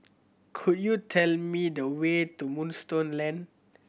could you tell me the way to Moonstone Lane